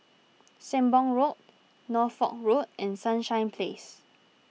Sembong Road Norfolk Road and Sunshine Place